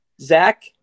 Zach